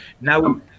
Now